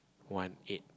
one eight